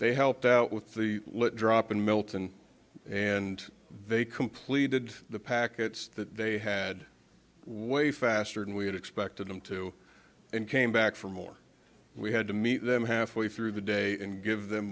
they helped out with the drop in milton and they completed the packets that they had way faster than we had expected them to and came back for more we had to meet them halfway through the day and give them